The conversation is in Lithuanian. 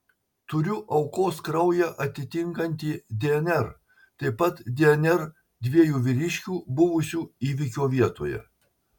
turiu aukos kraują atitinkantį dnr taip pat dnr dviejų vyriškių buvusių įvykio vietoje